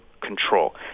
control